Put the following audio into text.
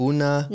Una